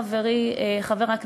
(קוראת בשמות חברי הכנסת)